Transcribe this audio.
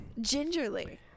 Gingerly